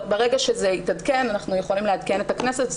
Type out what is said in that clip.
ברגע שזה יתעדכן אנחנו יכולים לעדכן את הכנסת.